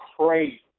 crazy